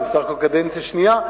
אני בסך הכול קדנציה שנייה,